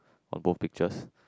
on both pictures